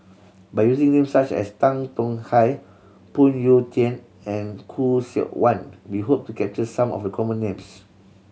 by using names such as Tan Tong Hye Phoon Yew Tien and Khoo Seok Wan we hope to capture some of the common names